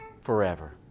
forever